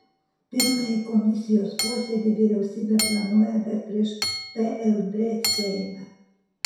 pirmąjį komisijos posėdį vyriausybė planuoja dar prieš plb seimą